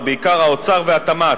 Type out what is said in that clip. ובעיקר האוצר והתמ"ת,